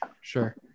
sure